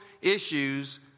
issues